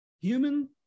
Human